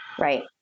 right